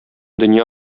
дөнья